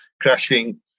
crashing